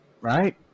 Right